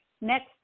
Next